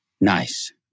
Nice